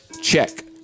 check